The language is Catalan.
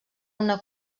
una